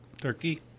Turkey